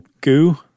goo